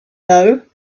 know